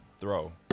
Throw